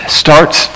starts